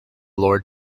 lord